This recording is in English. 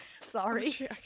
sorry